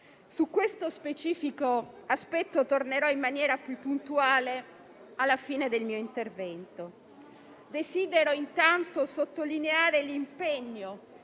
Su questo specifico aspetto tornerò in maniera più puntuale alla fine del mio intervento. Desidero intanto sottolineare l'impegno